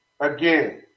again